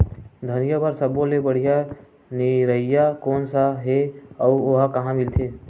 धनिया बर सब्बो ले बढ़िया निरैया कोन सा हे आऊ ओहा कहां मिलथे?